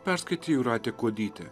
perskaitė jūratė kuodytė